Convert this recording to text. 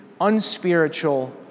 unspiritual